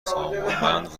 سامانمند